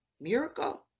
Miracle